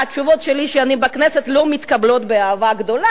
התשובות שלי שאני בכנסת לא מתקבלות באהבה גדולה,